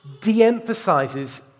de-emphasizes